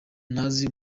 ntazi